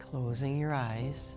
closing your eyes